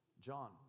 John